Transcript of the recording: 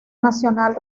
nacional